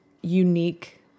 unique